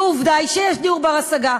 ועובדה היא שיש דיור בר-השגה.